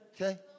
okay